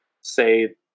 say